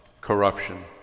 corruption